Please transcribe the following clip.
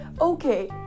Okay